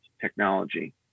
technology